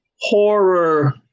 horror